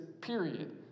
period